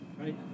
Right